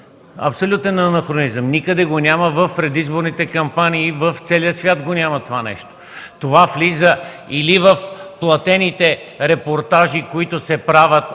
Абсолютен анахронизъм! Никъде го няма в предизборните кампании, в целия свят го няма това нещо. Това влиза или в платените репортажи, които се правят